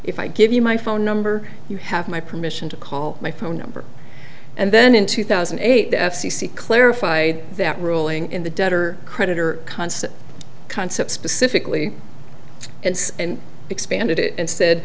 if i give you my phone number you have my permission to call my phone number and then in two thousand and eight the f c c clarified that ruling in the debtor creditor concept concept specifically and and expanded it and said